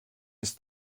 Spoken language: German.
ist